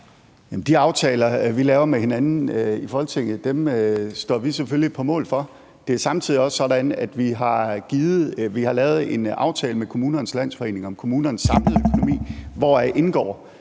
De aftaler, vi laver med hinanden i Folketinget, står vi selvfølgelig på mål for. Det er samtidig også sådan, at vi har lavet en aftale med Kommunernes Landsforening om kommunernes samlede økonomi, hvori indgår,